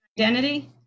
identity